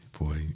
Boy